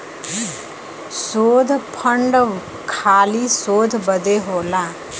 शोध फंड खाली शोध बदे होला